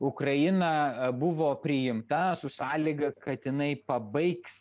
ukraina buvo priimta su sąlyga kad jinai pabaigs